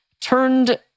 turned